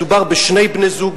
מדובר בשני בני-זוג,